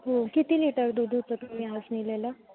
हो किती लिटर दूध होतं तुम्ही आज नेलेलं